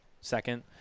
second